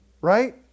right